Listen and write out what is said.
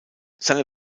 seine